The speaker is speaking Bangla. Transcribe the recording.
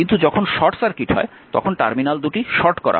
কিন্তু যখন শর্ট সার্কিট হয় তখন টার্মিনাল দুটি শর্ট হয়